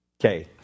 Okay